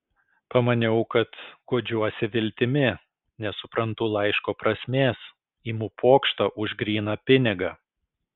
pamaniau kad guodžiuosi viltimi nesuprantu laiško prasmės imu pokštą už gryną pinigą